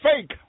fake